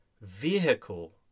vehicle